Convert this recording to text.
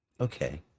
okay